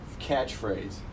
catchphrase